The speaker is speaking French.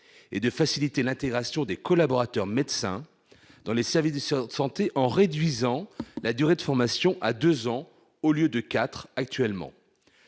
et de faciliter l'intégration des collaborateurs médecins dans les services de santé, en réduisant la durée de formation à deux ans, au lieu de quatre actuellement